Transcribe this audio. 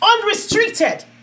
Unrestricted